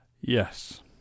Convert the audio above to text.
Yes